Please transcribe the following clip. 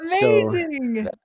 Amazing